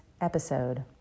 episode